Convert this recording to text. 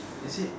is it